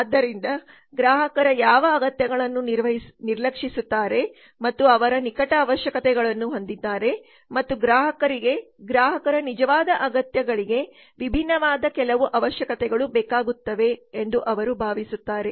ಆದ್ದರಿಂದ ಗ್ರಾಹಕರ ಯಾವ ಅಗತ್ಯಗಳನ್ನು ನಿರ್ಲಕ್ಷಿಸುತ್ತಾರೆ ಮತ್ತು ಅವರ ನಿಕಟ ಅವಶ್ಯಕತೆಗಳನ್ನು ಹೊಂದಿದ್ದಾರೆ ಮತ್ತು ಗ್ರಾಹಕರಿಗೆ ಗ್ರಾಹಕರ ನಿಜವಾದ ಅಗತ್ಯಗಳಿಗೆ ವಿಭಿನ್ನವಾದ ಕೆಲವು ಅವಶ್ಯಕತೆಗಳು ಬೇಕಾಗುತ್ತವೆ ಎಂದು ಅವರು ಭಾವಿಸುತ್ತಾರೆ